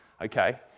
okay